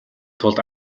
тулд